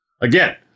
Again